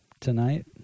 tonight